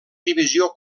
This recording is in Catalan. divisió